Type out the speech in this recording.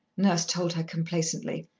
nurse told her complacently.